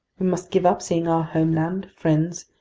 we must give up seeing our homeland, friends,